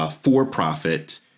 for-profit